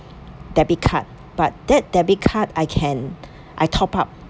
debit card but that debit card I can I top up